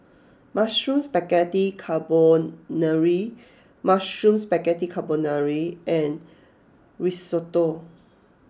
Mushroom Spaghetti Carbonara Mushroom Spaghetti Carbonara and Risotto